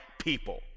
people